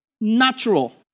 natural